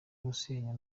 gusenya